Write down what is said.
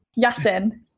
Yasin